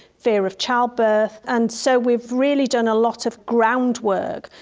fear of childbirth. and so we've really done a lot of ground work.